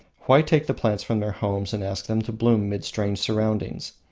why take the plants from their homes and ask them to bloom mid strange surroundings?